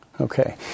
Okay